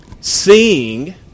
seeing